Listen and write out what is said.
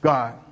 God